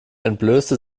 entblößte